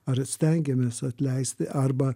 ar stengiamės atleisti arba